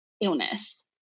illness